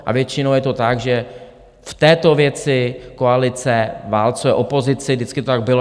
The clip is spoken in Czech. A většinou je to tak, že v této věci koalice válcuje opozici, vždycky to tak bylo.